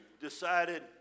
decided